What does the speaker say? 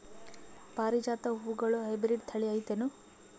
ಪಾರಿಜಾತ ಹೂವುಗಳ ಹೈಬ್ರಿಡ್ ಥಳಿ ಐತೇನು?